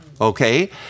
okay